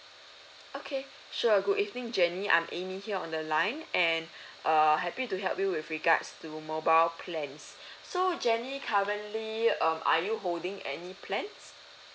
okay sure good evening jenny I'm amy here on the line and err happy to help you with regards to mobile plans so jenny currently um are you holding any plans